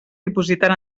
dipositen